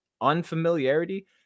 unfamiliarity